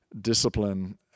discipline